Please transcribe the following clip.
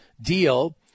deal